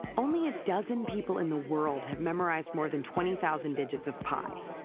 only a dozen people in the world have memorized more than twenty thousand digits of pi